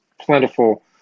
plentiful